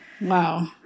Wow